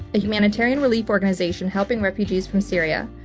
a humanitarian relief organization helping refugees from syria,